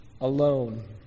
alone